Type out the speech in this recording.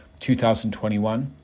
2021